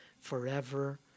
forever